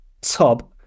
top